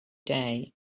day